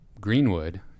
Greenwood